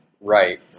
Right